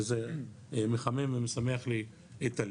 וזה מחמם ומשמח לי את הלב.